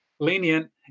Lenient